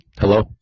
Hello